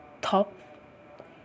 top